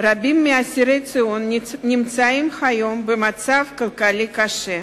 רבים מאסירי ציון נמצאים היום במצב כלכלי קשה.